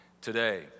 Today